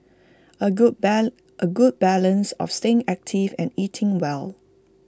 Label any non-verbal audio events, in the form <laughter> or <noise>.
A good <noise> A good balance of staying active and eating well